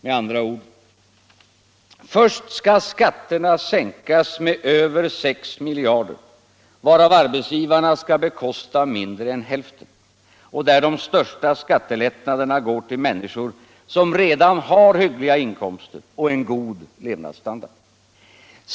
Med andra ord: först skall skatterna sänkas med över 6 miljarder, varav arbetsgivarna skall bekosta mindre än hälften, och de största skattelättnaderna skall gå till människor som redan har hyggliga inkomster och en god levnadsstandard.